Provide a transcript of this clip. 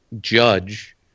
judge